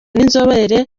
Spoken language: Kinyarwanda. n’inzobere